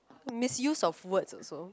misuse of words also